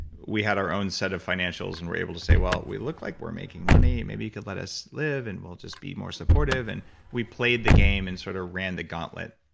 we had our own set of financials and we're able say, well, we look like we're making money. maybe you could let us live and we'll just be more supportive. and we played the game and sort of ran the gauntlet,